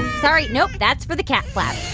sorry, nope. that's for the cat flap.